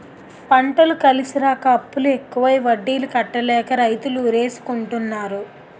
పంటలు కలిసిరాక అప్పులు ఎక్కువై వడ్డీలు కట్టలేక రైతులు ఉరేసుకుంటన్నారు